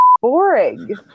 boring